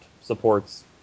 supports